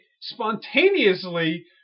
spontaneously